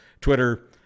Twitter